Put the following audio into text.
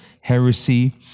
heresy